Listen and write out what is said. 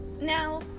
Now